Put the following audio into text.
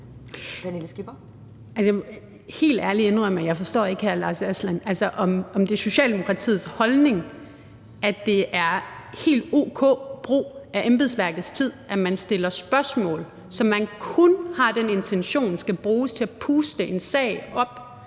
helt ærligt indrømme, at jeg, hr. Lars Aslan Rasmussen, ikke forstår, om det er Socialdemokratiets holdning, at det er en helt o.k. brug af embedsværkets tid, at man stiller spørgsmål, som man kun har den intention skal bruges til at puste en sag op,